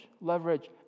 leverage